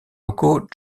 locaux